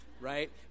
right